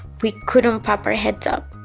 we couldn't pop our heads up.